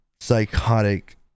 psychotic